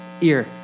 ear